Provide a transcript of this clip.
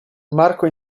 marco